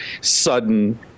Sudden